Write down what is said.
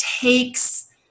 takes